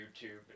YouTube